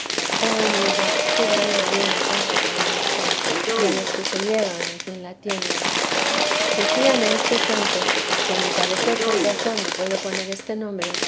oh humildad qué grandes bienes haces adonde estás y a los que se llegan a quien la tiene decíame este santo que a mi parecer con razón le puedo poner este nombre